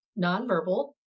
nonverbal